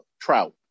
trout